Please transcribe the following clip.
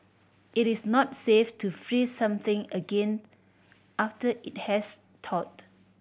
it is not safe to freeze something again after it has thawed